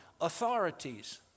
authorities